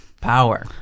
power